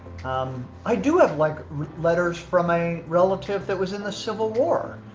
um i do have like letters from my relative that was in the civil war,